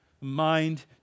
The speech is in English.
mind